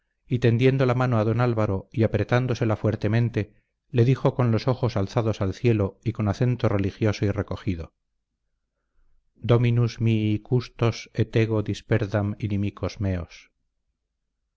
y tendiendo la mano a don álvaro y apretándosela fuertemente le dijo con los ojos alzados al cielo y con acento religioso y recogido dominus mihi custos et ego disperdam inimicos meos